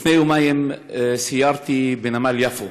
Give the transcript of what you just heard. לפני יומיים סיירתי בנמל יפו